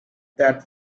that